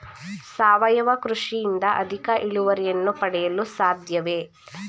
ಸಾವಯವ ಕೃಷಿಯಿಂದ ಅಧಿಕ ಇಳುವರಿಯನ್ನು ಪಡೆಯಲು ಸಾಧ್ಯವೇ?